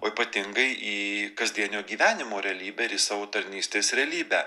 o ypatingai į kasdienio gyvenimo realybę ir į savo tarnystės realybę